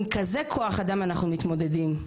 עם כזה כוח אדם אנחנו מתמודדים,